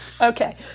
Okay